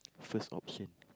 first option